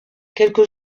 quelques